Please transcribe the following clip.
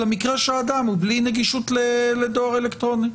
למקרה שאדם הוא בלי נגישות לדואר אלקטרוני.